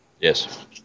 yes